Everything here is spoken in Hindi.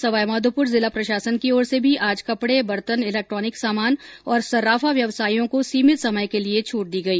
सवाईमाधोपुर जिला प्रशासन की ओर से भी आज कपड़े बर्तन इलेक्ट्रोनिक सामान और सर्राफा व्यवसाईयों को सीमित समय के लिए छूट दी गई